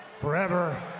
forever